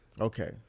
Okay